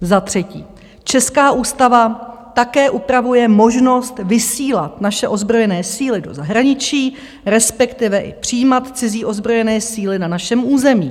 Za třetí: Česká ústava také upravuje možnost vysílat naše ozbrojené síly do zahraničí, respektive i přijímat cizí ozbrojené síly na našem území.